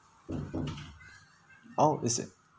oh is it